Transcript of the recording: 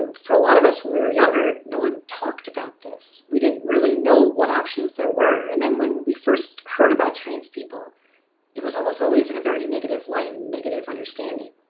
for a lot of us when we were younger no one talked about this. we didn't really know what options there were. and then when we first heard about trans people it was almost always in a very negative light and negative understanding.